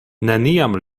neniam